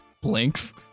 blinks